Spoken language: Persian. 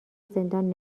زندان